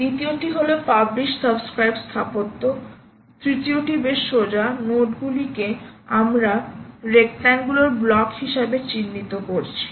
দ্বিতীয়টি হল publish subscribe স্থাপত্য তৃতীয়টি বেশ সোজা নোডগুলি কে আমরা রেক্ট্যাঙ্গুলার ব্লক হিসাবে চিহ্নিত করছি